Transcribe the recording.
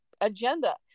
agenda